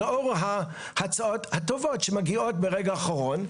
ולאור ההצעות הטובות שמגיעות ברגע האחרון,